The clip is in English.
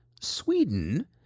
Sweden